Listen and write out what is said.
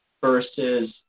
versus